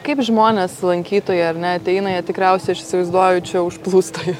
kaip žmonės lankytojai ar ne ateina jie tikriausiai aš įsivaizduoju čia užplūsta jus